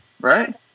right